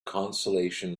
consolation